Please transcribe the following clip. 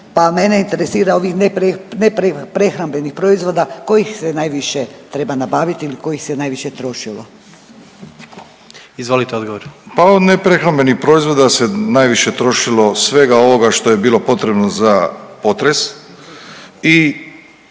pa mene interesira ovih neprehrambenih proizvoda kojih se najviše treba nabaviti ili kojih se najviše trošilo? **Jandroković, Gordan (HDZ)** Izvolite odgovor. **Milatić, Ivo** Pa od neprehrambenih proizvoda se najviše trošilo svega ovoga što je bilo potrebno za potres